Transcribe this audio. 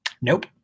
Nope